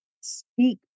speak